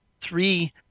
three